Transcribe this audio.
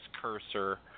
cursor